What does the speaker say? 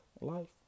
life